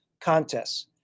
contests